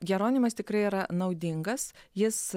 jeronimas tikrai yra naudingas jis